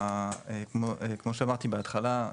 כמו שאמרתי בהתחלה,